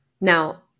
Now